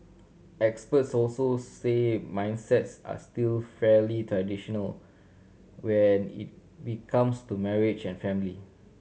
experts also say mindsets are still fairly traditional when it becomes to marriage and family